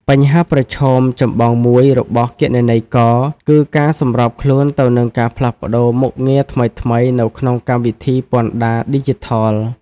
បញ្ហាប្រឈមចម្បងមួយរបស់គណនេយ្យករគឺការសម្របខ្លួនទៅនឹងការផ្លាស់ប្តូរមុខងារថ្មីៗនៅក្នុងកម្មវិធីពន្ធដារឌីជីថល។